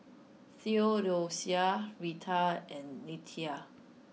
Theodocia Retha and Nettie